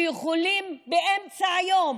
שיכולים באמצע היום,